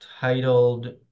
titled